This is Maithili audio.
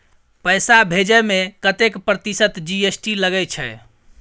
पैसा भेजै में कतेक प्रतिसत जी.एस.टी लगे छै?